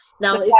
now